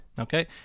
okay